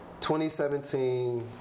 2017